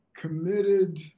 committed